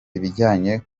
ibijyanye